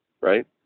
right